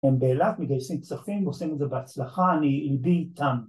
‫הם באילת מגייסים כספים, ‫הם עושים את זה בהצלחה, אני לבי איתם.